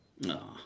No